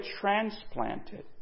transplanted